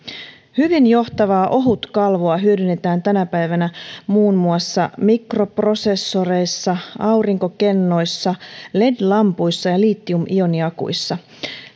hyvin johtavaa ohutkalvoa hyödynnetään tänä päivänä muun muassa mikroprosessoreissa aurinkokennoissa led lampuissa ja litiumioniakuissa